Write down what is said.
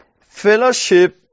fellowship